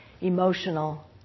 emotional